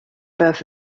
both